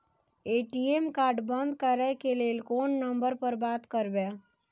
ATM card बंद करे के लेल कोन नंबर पर बात करबे?